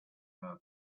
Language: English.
had